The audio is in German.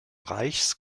reichs